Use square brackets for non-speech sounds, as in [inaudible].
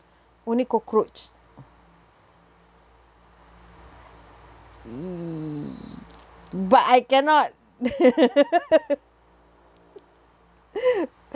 only cockroach !ee! but I cannot [laughs] [breath]